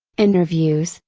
interviews,